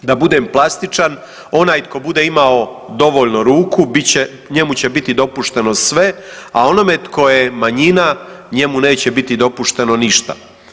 Da budem plastičan, onaj tko bude imao dovoljno ruku njemu će biti dopušteno sve, a onome tko je manjina njemu neće biti dopušteno ništa.